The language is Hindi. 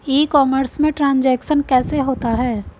ई कॉमर्स में ट्रांजैक्शन कैसे होता है?